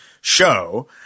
show